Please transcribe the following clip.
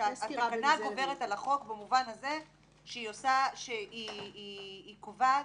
-- שהכוונה גוברת על החוק במובן הזה שהיא קובעת,